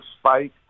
spike